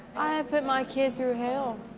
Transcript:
i have put my kid through hell.